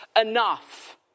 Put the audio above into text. enough